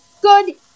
Good